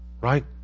Right